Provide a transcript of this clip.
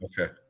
Okay